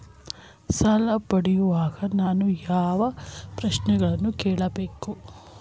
ಸಾಲ ಪಡೆಯುವಾಗ ನಾನು ಯಾವ ಪ್ರಶ್ನೆಗಳನ್ನು ಕೇಳಬೇಕು?